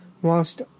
Whilst